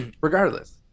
regardless